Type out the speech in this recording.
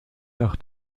dach